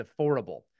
affordable